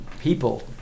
people